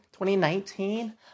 2019